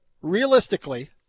realistically